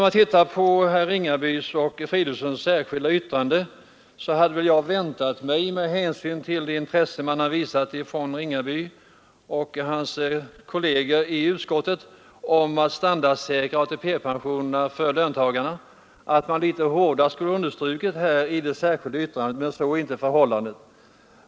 I herrar Ringabys och Fridolfssons särskilda yttrande hade jag väntat mig — med hänsyn till herr Ringabys och hans kollegers i utskottet intresse att standardsäkra ATP-pensionerna för löntagarna — att man litet hårdare skulle ha understrukit detta krav. Men så är inte förhållandet.